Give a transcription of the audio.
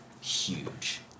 huge